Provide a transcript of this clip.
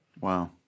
Wow